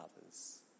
others